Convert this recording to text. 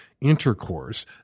intercourse